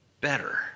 better